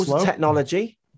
technology